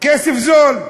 כסף זול.